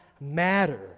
matter